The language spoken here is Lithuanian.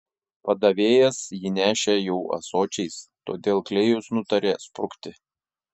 padavėjas jį nešė jau ąsočiais todėl klėjus nutarė sprukti